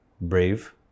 brave